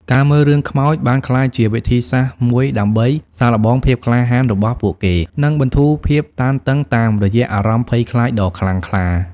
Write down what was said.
ការមើលរឿងខ្មោចបានក្លាយជាវិធីសាស្ត្រមួយដើម្បី សាកល្បងភាពក្លាហាន របស់ពួកគេ និងបន្ធូរភាពតានតឹងតាមរយៈអារម្មណ៍ភ័យខ្លាចដ៏ខ្លាំងក្លា។